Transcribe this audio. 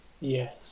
yes